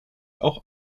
auch